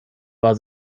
war